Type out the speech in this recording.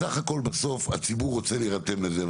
בסך הכל בסוף הציבור רוצה להירתם לזה,